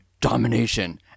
domination